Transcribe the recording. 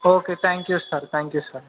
okay thank you sir thank you sir